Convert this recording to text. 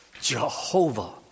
Jehovah